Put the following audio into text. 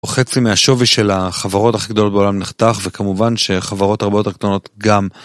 חצי מהשווי של החברות הכי גדולות בעולם נחתך וכמובן שחברות הרבה יותר קטנות גם.